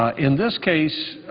ah in this case,